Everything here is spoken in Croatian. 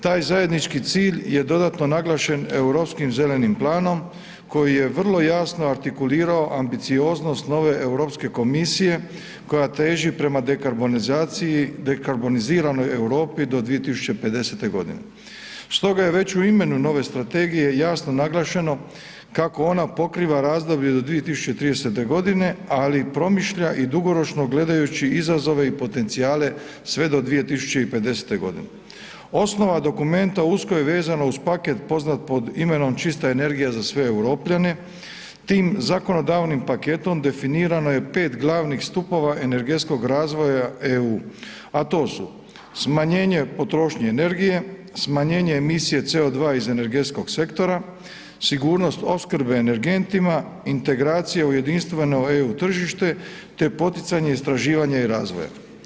Taj zajednički cilj je dodatno naglašen europskim zelenim planom koji je vrlo jasno artikulirao ambicioznost nove Europske komisije koja teži prema dekarbonizaciji, dekarboniziranoj Europi do 2050.g. Stoga je već u imenu nove strategije jasno naglašeno kako ona pokriva razdoblje do 2030.g., ali promišlja i dugoročno gledajući izazove i potencijale sve do 2050.g. Osnova dokumenta usko je vezana uz paket poznat pod imenom Čista energija za sve Europljane, tim zakonodavnim paketom definirano je 5 glavnih stupova energetskog razvoja EU, a to su smanjenje potrošnje energije, smanjenje emisije CO2 iz energetskog sektora, sigurnost opskrbe energentima, integracija u jedinstveno EU tržište, te poticanje istraživanja i razvoja.